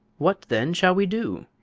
what, then, shall we do?